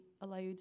allowed